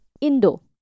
Indo